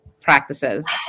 practices